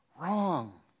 wrong